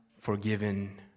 forgiven